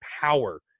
power